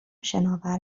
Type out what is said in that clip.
شناور